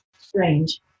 strange